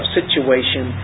situation